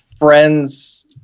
friends